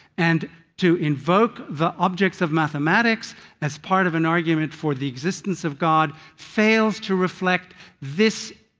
and to invoke the objects of mathematics as part of an argument for the existence of god fails to reflect this